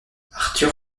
arthur